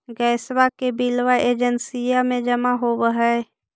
गैसवा के बिलवा एजेंसिया मे जमा होव है?